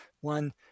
one